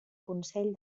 consell